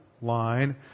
line